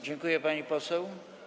Dziękuję, pani poseł.